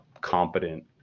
competent